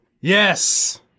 Yes